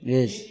Yes